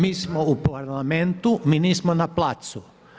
Mi smo u Parlamentu, mi nismo na placu.